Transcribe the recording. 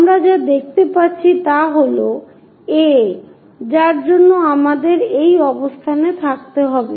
আমরা যা দেখতে পাচ্ছি তা হল A যার জন্য আমাদের সেই অবস্থানে থাকতে হবে